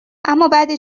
امابعد